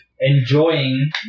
enjoying